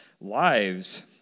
lives